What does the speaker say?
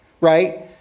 right